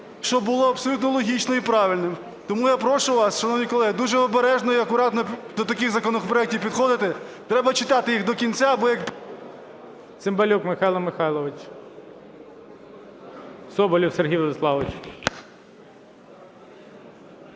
що було абсолютно логічним і правильним. Тому я прошу вас, шановні колеги, дуже обережно і акуратно до таких законопроектів підходити. Треба читати їх до кінця, аби...